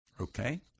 okay